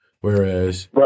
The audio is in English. Whereas